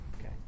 Okay